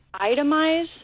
Itemize